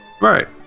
right